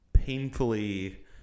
painfully